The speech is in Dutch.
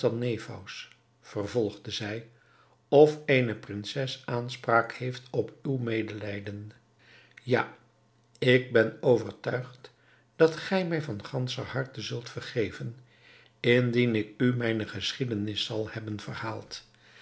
vervolgde zij of eene prinses aanspraak heeft op uw medelijden ja ik ben overtuigd dat gij mij van ganscher harte zult vergeven indien ik u mijne geschiedenis zal hebben verhaald